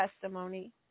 testimony